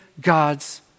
God's